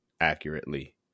accurately